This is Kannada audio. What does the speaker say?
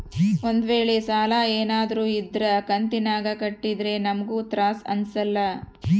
ಒಂದ್ವೇಳೆ ಸಾಲ ಏನಾದ್ರೂ ಇದ್ರ ಕಂತಿನಾಗ ಕಟ್ಟಿದ್ರೆ ನಮ್ಗೂ ತ್ರಾಸ್ ಅಂಸಲ್ಲ